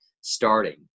starting